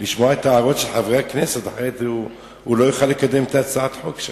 חבר הכנסת אמנון כהן,